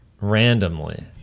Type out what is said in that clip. randomly